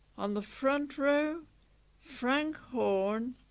on the front row frank horn,